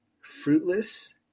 Fruitless